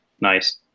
Nice